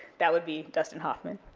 that would be dustin hoffman,